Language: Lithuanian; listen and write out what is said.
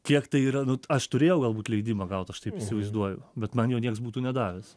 kiek tai yra nu aš turėjau galbūt leidimą gaut aš taip įsivaizduoju bet man jo nieks būtų nedavęs